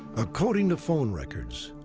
according to phone records,